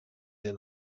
der